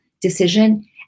decision